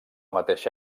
mateixa